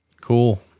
Cool